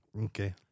Okay